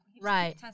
Right